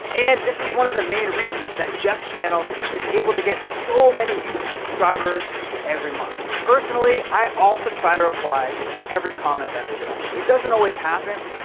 and this is one of the main reasons that jeff's channel is able to get so many youtube subscribers every month. personally, i also try to reply to every comment that i get. it doesn't always happen.